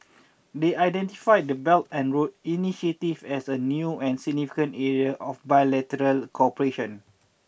they identified the Belt and Road initiative as a new and significant area of bilateral cooperation